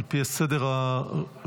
על פי סדר הרישום,